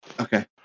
okay